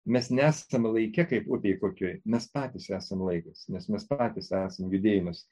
mes nesame laike kaip upėj kokioj mes patys esam laikas nes mes patys esam judėjimas